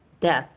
death